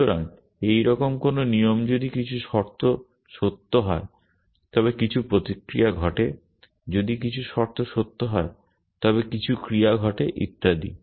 সুতরাং এইরকম কোনো নিয়ম যদি কিছু শর্ত সত্য হয় তবে কিছু প্রতিক্রিয়া ঘটে যদি কিছু শর্ত সত্য হয় তবে কিছু ক্রিয়া ঘটে ইত্যাদি